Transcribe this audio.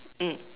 mm